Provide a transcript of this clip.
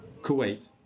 Kuwait